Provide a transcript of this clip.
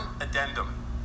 addendum